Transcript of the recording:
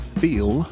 feel